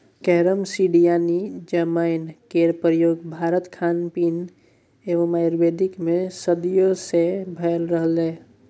carrom seed यानी जमैन केर प्रयोग भारतीय खानपीन एवं आयुर्वेद मे सदियों सँ भ रहलैए